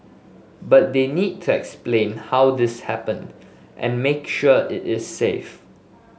but they need to explain how this happened and make sure it is safe